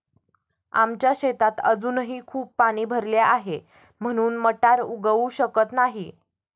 आमच्या शेतात अजूनही खूप पाणी भरले आहे, म्हणून मटार उगवू शकत नाही